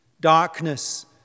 darkness